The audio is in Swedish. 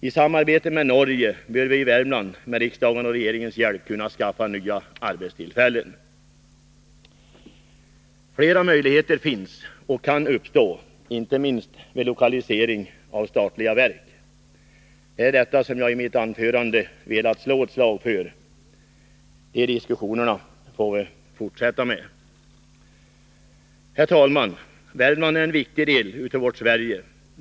I samarbete med Norge bör vi i Värmland med riksdagens och regeringens hjälp kunna skaffa nya arbetstillfällen. Flera möjligheter finns och kan uppkomma inte minst vid lokalisering av statliga verk. Det är detta som jag i mitt anförande velat slå ett slag för. De diskussionerna får vi fortsätta med. Herr talman! Värmland är en viktig del av vårt Sverige.